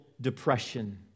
depression